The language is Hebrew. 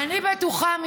אני בטוחה,